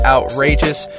Outrageous